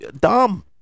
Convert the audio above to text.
Dumb